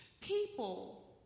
People